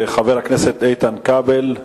חבר הכנסת איתן כבל.